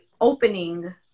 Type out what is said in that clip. opening